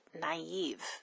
naive